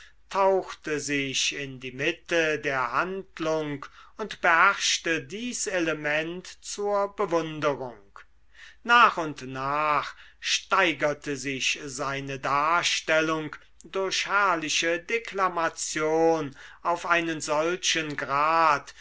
tauchte sich in die mitte der handlung und beherrschte dies element zur bewunderung nach und nach steigerte sich seine darstellung durch herrliche deklamation auf einen solchen grad